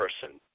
person